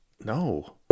No